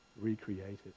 recreated